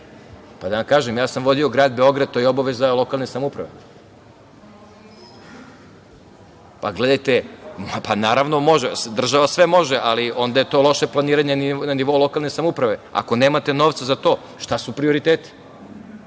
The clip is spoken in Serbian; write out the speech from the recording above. vam kažem, ja sam vodio grad Beograd, to je obaveza lokalne samouprave. Država sve može, ali onda je to loše planiranje na nivou lokalne samouprave. Ako nemate novca za to, šta su prioriteti.